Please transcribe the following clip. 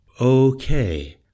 Okay